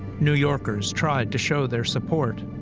new yorkers tried to show their support.